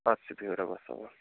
اَدٕ سا بِہِو رۅبس حوال